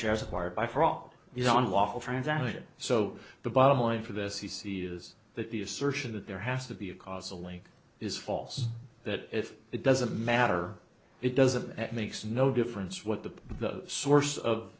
shares acquired by fraud is unlawful transaction so the bottom line for this you see is that the assertion that there has to be a causal link is false that if it doesn't matter it doesn't it makes no difference what the the source of